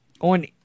on